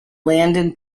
landing